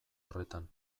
horretan